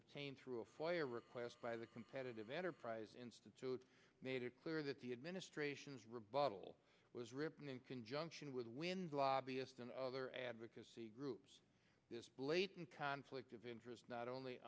obtained through a foyer request by the competitive enterprise institute made it clear that the administration's rebuttal was written in conjunction with wind lobbyist and other advocacy groups this blatant conflict of interest not only